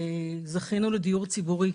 זכינו לדיור ציבורי.